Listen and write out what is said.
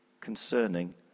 concerning